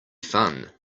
fun